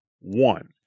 one